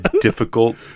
difficult